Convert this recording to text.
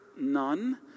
None